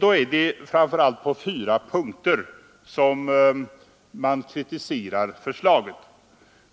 Det är framför allt på fyra punkter man kritiserar förslaget.